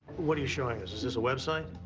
what are you showing us, is this a website?